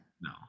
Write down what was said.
No